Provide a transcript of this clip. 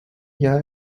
jahr